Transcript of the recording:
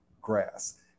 grass